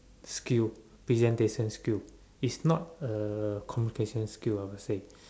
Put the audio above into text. skill presentation skill it's not a communication skill I would say